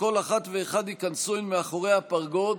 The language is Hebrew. וכל אחד ואחת ייכנסו אל מאחורי הפרגוד,